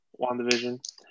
WandaVision